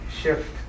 shift